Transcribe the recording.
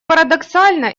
парадоксально